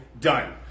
done